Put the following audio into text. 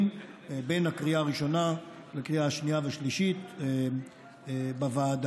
בין הקריאה הראשונה לקריאה שנייה ושלישית בוועדה.